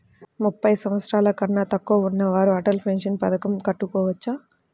ముప్పై సంవత్సరాలకన్నా తక్కువ ఉన్నవారు అటల్ పెన్షన్ పథకం కట్టుకోవచ్చా?